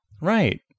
Right